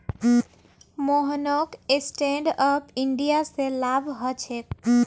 मोहनक stand up India स लाभ ह छेक